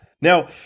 Now